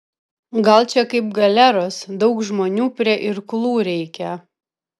gal čia kaip galeros daug žmonių prie irklų reikia